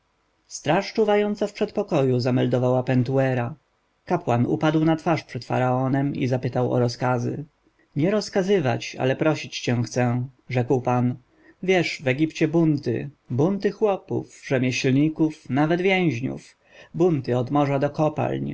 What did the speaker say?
straż czuwająca w przedpokoju zameldowała pentuera kapłan upadł na twarz przed faraonem i zapytał o rozkazy nie rozkazywać ale prosić cię chcę rzekł pan wiesz w egipcie bunty bunty chłopów rzemieślników nawet więźniów bunty od morza do kopalń